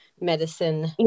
medicine